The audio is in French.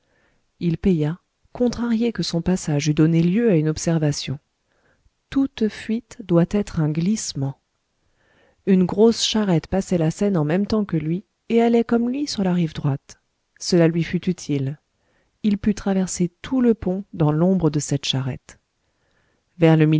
il paya contrarié que son passage eût donné lieu à une observation toute fuite doit être un glissement une grosse charrette passait la seine en même temps que lui et allait comme lui sur la rive droite cela lui fut utile il put traverser tout le pont dans l'ombre de cette charrette vers le